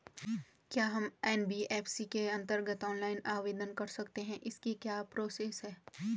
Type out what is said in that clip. क्या हम एन.बी.एफ.सी के अन्तर्गत ऑनलाइन आवेदन कर सकते हैं इसकी क्या प्रोसेस है?